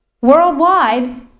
worldwide